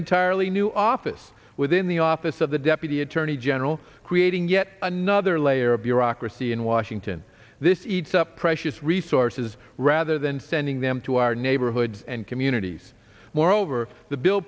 entirely new office within the office of the deputy attorney general creating yet another layer of bureaucracy in washington this eats up precious resources rather than sending them to our neighborhoods and communities moreover the bill